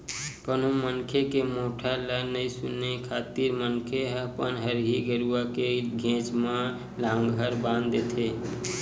कोनो मनखे के मोठ्ठा ल नइ सुने खातिर मनखे ह अपन हरही गरुवा के घेंच म लांहगर बांधे देथे